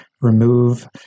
remove